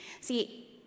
See